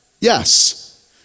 Yes